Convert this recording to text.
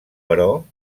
però